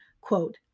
quote